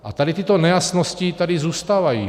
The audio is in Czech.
A tady tyto nejasnosti tady zůstávají.